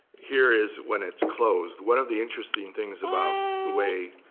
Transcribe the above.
here is when it's closed. one of the interesting things about the way